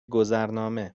گذرنامه